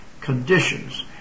conditions